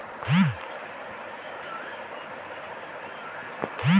ইক ধরলের আবরল যেট আমরা পিথিবীর উপ্রে পাই